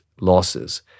losses